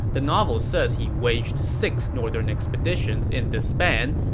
the novel says he waged six northern expeditions in this span.